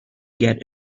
get